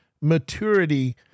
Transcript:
maturity